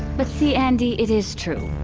but see andi, it is true,